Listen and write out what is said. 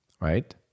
right